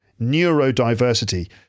neurodiversity